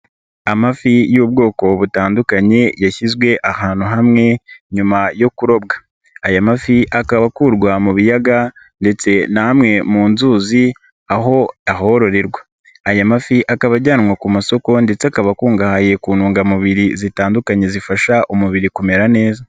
Amafi y'ubwoko butandukanye yashyizwe ahantu hamwe nyuma yo kurobwa, aya mafi akaba akurwa mu biyaga ndetse na hamwe mu nzuzi, aho ahororerwa, aya mafi akaba ajyanwa ku masoko ndetse akaba akungahaye ku ntungamubiri zitandukanye zifasha umubiri kumera neza.